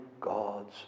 God's